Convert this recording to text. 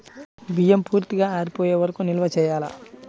బియ్యం పూర్తిగా ఆరిపోయే వరకు నిల్వ చేయాలా?